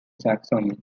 saxony